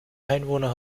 einwohner